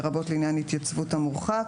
לרבות לעניין התייצבות המורחק,